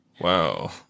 Wow